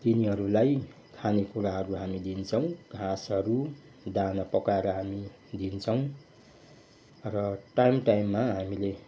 तिनीहरूलाई खानेकुराहरू हामी दिन्छौँ घाँसहरू दाना पकाएर हामी दिन्छौँ र टाइम टाइममा हामीले